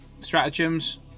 stratagems